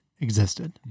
existed